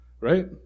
right